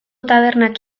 tabernak